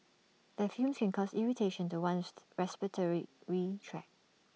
their fumes can cause irritation to one's respiratory retract